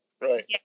right